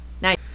Nice